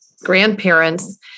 grandparents